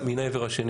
מן העבר השני,